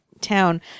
town